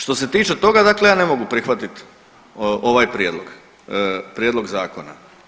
Što se tiče toga, dakle ja ne mogu prihvatit ovaj prijedlog, prijedlog zakona.